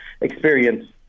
experience